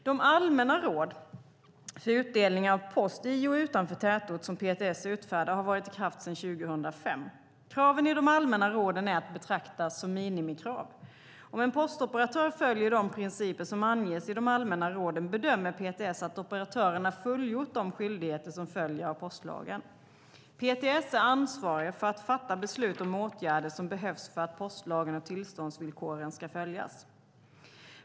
De allmänna råd för utdelning av post i och utanför tätort som PTS utfärdar har varit i kraft sedan 2005. Kraven i de allmänna råden är att betrakta som minimikrav. Om en postoperatör följer de principer som anges i de allmänna råden bedömer PTS att operatören har fullgjort de skyldigheter som följer av postlagen. PTS är ansvariga för att fatta beslut om åtgärder som behövs för att postlagen och tillståndsvillkoren ska följas.